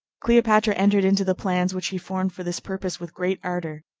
cleopatra entered into the plans which he formed for this purpose with great ardor.